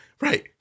Right